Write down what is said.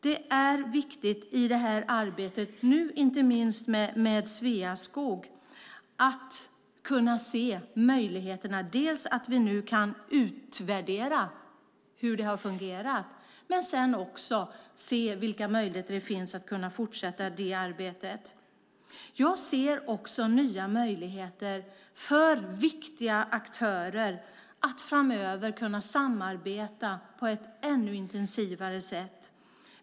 Det är viktigt i det här arbetet nu, inte minst med Sveaskog, att kunna se möjligheterna att utvärdera hur det har fungerat men också vilka möjligheter det finns att fortsätta det arbetet. Jag ser också nya möjligheter för viktiga aktörer att framöver samarbeta på ett ännu intensivare sätt.